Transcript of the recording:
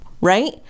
right